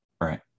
Right